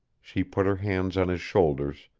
she put her hands on his shoulders,